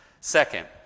Second